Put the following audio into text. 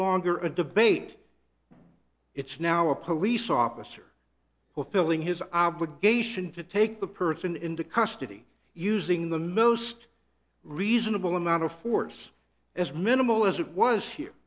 longer a debate it's now a police officer who are filling his obligation to take the person into custody using the mill sed reasonable amount of force as minimal as it was here